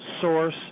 source